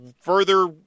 further